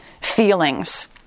feelings